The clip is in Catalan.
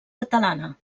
catalana